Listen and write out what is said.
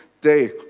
day